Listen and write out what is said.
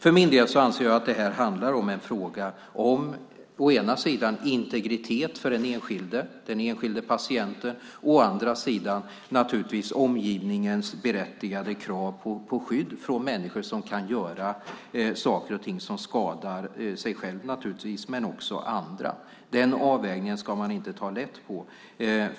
För min del anser jag att detta är en fråga om å ena sidan integritet för den enskilde patienten, å andra sidan omgivningens berättigade krav på skydd från människor som kan göra saker och ting som skadar dem själva och andra. Den avvägningen ska man inte ta lätt på.